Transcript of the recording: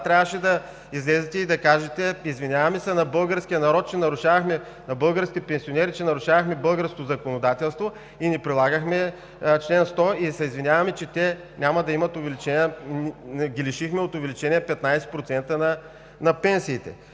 трябваше да излезете и да кажете: „Извиняваме се на българския народ, на българските пенсионери, че нарушавахме българското законодателство и не прилагахме чл. 100 от КСО. Извиняваме се, че те няма да имат увеличение и ги лишихме от увеличение от 15% на пенсиите.“